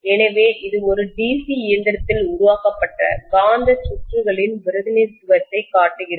எனவே இது ஒரு DC இயந்திரத்தில் உருவாக்கப்பட்ட காந்த சுற்றுகளின் பிரதிநிதித்துவத்தைக் காட்டுகிறது